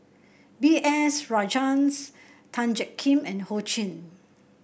B S Rajhans Tan Jiak Kim and Ho Ching